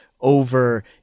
over